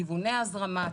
כיווני ההזרמה,